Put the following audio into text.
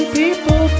people